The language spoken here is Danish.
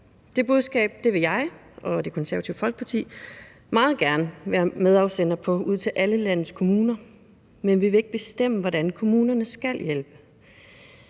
Det budskab vil jeg og Det Konservative Folkeparti meget gerne være medafsender på ud til alle landets kommuner, men vi vil ikke bestemme, hvordan kommunerne skal hjælpe.